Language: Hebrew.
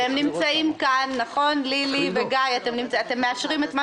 והם נמצאים כאן לילי אור וגיא גולדמן מאשרים את מה